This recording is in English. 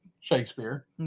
Shakespeare